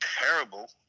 terrible